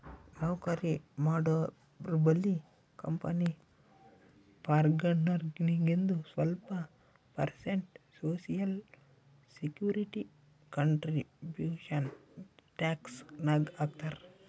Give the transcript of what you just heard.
ನೌಕರಿ ಮಾಡೋರ್ಬಲ್ಲಿ ಕಂಪನಿ ಪಗಾರ್ನಾಗಿಂದು ಸ್ವಲ್ಪ percent social security contribution tax ನಾಗ್ ಹಾಕ್ತಾರ್